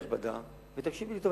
אני מדבר, גברתי הנכבדה, ותקשיבי לי טוב.